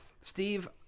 Steve